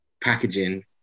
packaging